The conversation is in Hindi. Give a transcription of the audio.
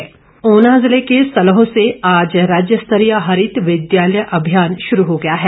हरित विद्यालय ऊना जिले के सलोह से आज राज्य स्तरीय हरित विद्यालय अभियान शुरू हो गया है